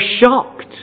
shocked